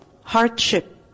hardship